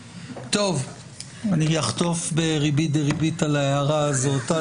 אני אחטוף בריבית דריבית על ההערה הזאת.